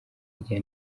rya